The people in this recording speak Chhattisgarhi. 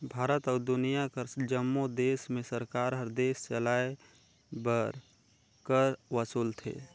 भारत अउ दुनियां कर जम्मो देस में सरकार हर देस चलाए बर कर वसूलथे